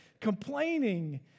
complaining